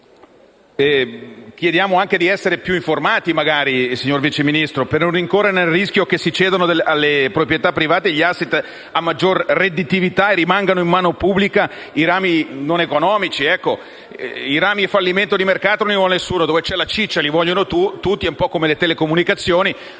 chiediamo anche di essere più informati, signor Vice Ministro, per non incorrere nel rischio che si cedano alle proprietà private gli *asset* a maggior redditività e rimangano in mano pubblica i rami aziendali non economici. I rami a fallimento di mercato non li vuole nessuno; quelli dove c'è la "ciccia" invece li vogliono tutti: è un po' come le telecomunicazioni.